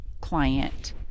client